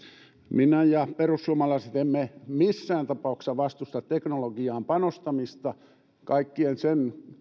minä ja perussuomalaiset emme missään tapauksessa vastusta teknologiaan panostamista kannatamme kaiken sen